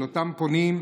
של אותם פונים,